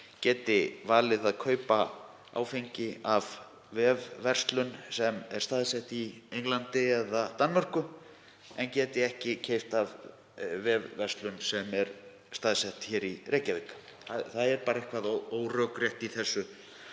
geti valið að kaupa áfengi af vefverslun sem er staðsett í Englandi eða Danmörku en geti ekki keypt af vefverslun sem er staðsett í Reykjavík. Það er bara eitthvað órökrétt í þessu